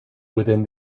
within